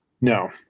no